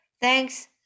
Thanks